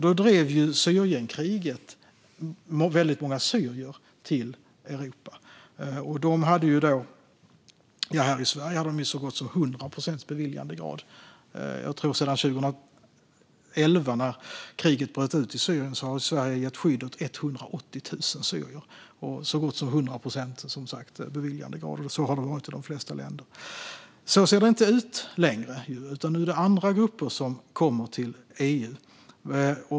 Då drev ju Syrienkriget väldigt många syrier till Europa, och här i Sverige hade de så gott som 100 procents beviljandegrad. Jag tror att Sverige sedan 2011, då kriget bröt ut i Syrien, har gett skydd åt 180 000 syrier. Beviljandegraden har som sagt varit så gott som 100 procent, och så har det väl varit i de flesta länder. Så ser det dock inte ut längre, utan nu är det andra grupper som kommer till EU.